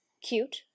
Cute